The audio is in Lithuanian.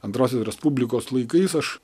antrosios respublikos laikais aš